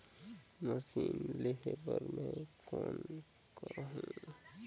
Machine लेहे बर मै कौन करहूं?